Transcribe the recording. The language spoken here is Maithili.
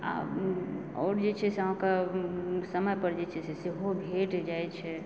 आ आओर जे छै से अहाँकेँ समय पर जे छै से सेहो भेट जाइत छै